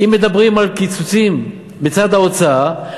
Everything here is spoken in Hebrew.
אם מדברים על קיצוצים מצד ההוצאה,